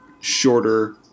shorter